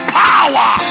power